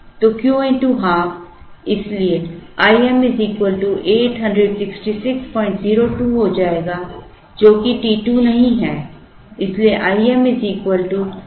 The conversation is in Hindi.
तो Q x ½ इसलिए Im 86602 हो जाएगाजो कि t 2 नहीं है